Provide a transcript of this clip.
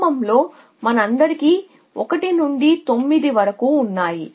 ప్రారంభంలో మనందరికీ 1 నుండి 9 వరకు ఉన్నాయి